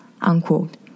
Unquote